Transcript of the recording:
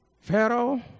Pharaoh